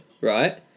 right